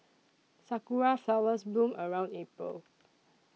sakura flowers bloom around April